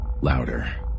louder